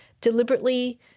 deliberately